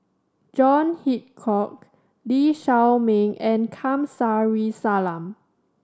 John Hitchcock Lee Shao Meng and Kamsari Salam